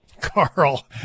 Carl